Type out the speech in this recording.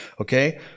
Okay